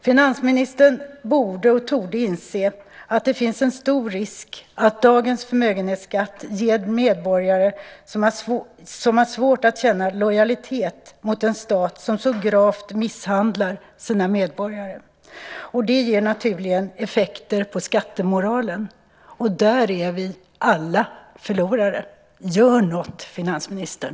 Finansministern borde och torde inse att det finns en stor risk att dagens förmögenhetsskatt gör det svårt för medborgare att känna lojalitet mot en stat som så gravt misshandlar sina medborgare. Det ger naturliga effekter på skattemoralen, och där är vi alla förlorare. Gör något, finansministern!